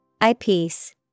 Eyepiece